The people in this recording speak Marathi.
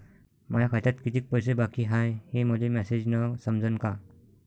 माया खात्यात कितीक पैसे बाकी हाय हे मले मॅसेजन समजनं का?